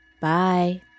Bye